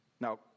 Now